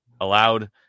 allowed